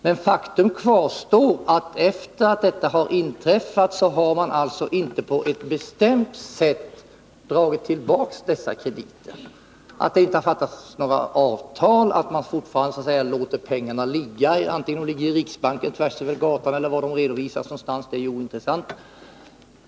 Men faktum kvarstår att sedan kuppen genomfördes har man inte på ett bestämt sätt dragit tillbaka dessa krediter. Att det inte har träffats några avtal, att man fortfarande så att säga låter pengarna ligga — om de nu finns i riksbanken eller var de redovisas någonstans — är ointressant.